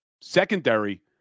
secondary